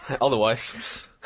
otherwise